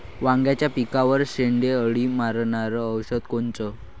वांग्याच्या पिकावरचं शेंडे अळी मारनारं औषध कोनचं?